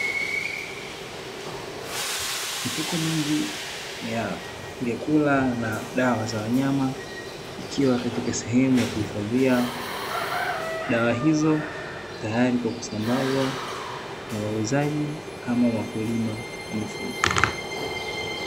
Mifuko mingi ya vyakula na dawa za wanyama ikiwa katika sehemu ya kuhifadhia dawa hizo, tayari kwa kusambazwa na wauzaji ama wakulima wa mifugo.